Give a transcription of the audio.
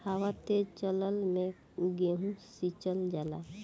हवा तेज चलले मै गेहू सिचल जाला?